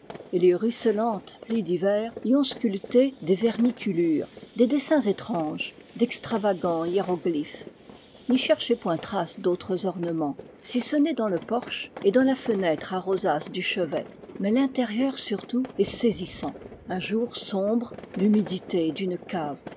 et les ruisselantes pluies d'hiver y ont sculpté des vermiculures des dessins étranges d'extravagants hiéroglyphes n'y cherchez point trace d'autres ornements si ce n'est dans le porche et dans la fenêtre à rosace du chevet mais l'intérieur surtout est saisissant un jour sombre l'humidité d'une cave